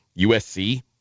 USC